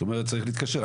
זאת אומרת צריך להתקשר.